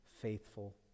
faithful